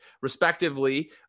respectively